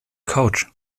couch